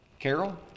Carol